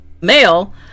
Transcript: male